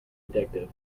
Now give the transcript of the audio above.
addictive